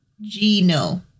Gino